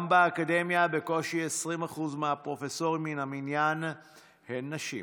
גם באקדמיה בקושי 20% מהפרופסורים מן המניין הן נשים.